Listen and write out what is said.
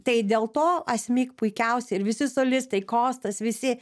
tai dėl to asmik puikiausiai ir visi solistai kostas visi